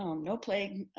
um no plague,